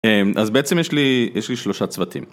אם, אז בעצם יש לי, יש לי שלושה צוותים.